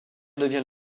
devient